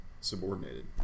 subordinated